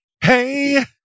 Hey